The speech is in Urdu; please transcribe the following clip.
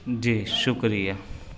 جی شکریہ